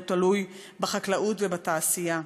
הוא תלוי בחקלאות ובתעשייה.